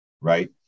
right